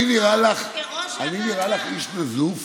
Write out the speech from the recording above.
אני נראה לך איש נזוף?